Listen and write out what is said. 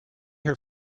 her